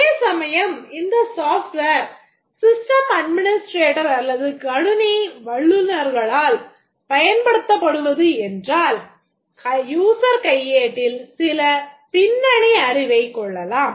அதே சமயம் இந்த software சிஸ்டம் அட்மினிஸ்ட்ரேட்டர் அல்லது கணினி வல்லுநர்களால் பயன்படுத்தப்படுவது என்றால் userகையேட்டில் சில பின்னணி அறிவை கொள்ளலாம்